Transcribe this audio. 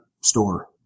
store